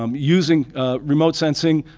um using remote sensing